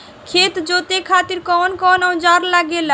खेत जोते खातीर कउन कउन औजार लागेला?